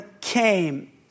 came